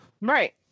Right